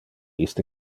iste